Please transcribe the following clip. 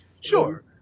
Sure